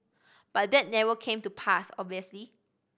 but that never came to pass obviously